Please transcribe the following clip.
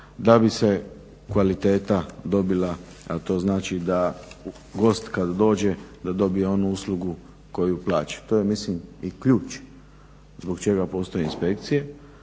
da bi se kvaliteta dobila, a to znači da gost kad dođe da dobije onu uslugu koju plaća. To je mislim i ključ zbog čega postoje inspekcije,